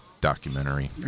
documentary